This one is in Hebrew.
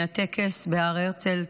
מהטקס בהר הרצל,